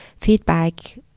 feedback